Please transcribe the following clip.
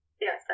Yes